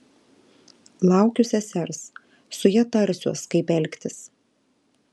laukiu sesers su ja tarsiuos kaip elgtis